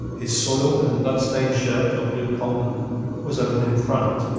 his soiled and blood-stained shirt of blue cotton was open in front,